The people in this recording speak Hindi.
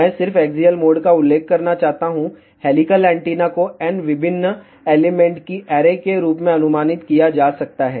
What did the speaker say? मैं सिर्फ एक्सियल मोड का उल्लेख करना चाहता हूं हेलिकल एंटीना को n विभिन्न एलिमेंट की ऐरे के रूप में अनुमानित किया जा सकता है